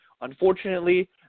Unfortunately